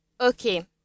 Okay